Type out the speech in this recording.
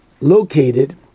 located